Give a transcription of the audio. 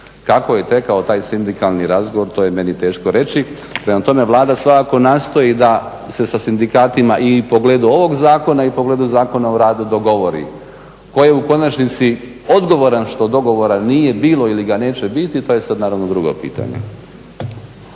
kako je tekao taj sindikalni razgovor to je meni teško reći. Prema tome Vlada svakako nastoji da se sa sindikatima u pogledu ovog zakona i u pogledu Zakona o radu dogovori tko je u konačnici odgovoran što dogovora nije bilo ili ga neće biti, to je sad naravno drugo pitanje.